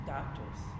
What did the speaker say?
doctors